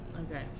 Okay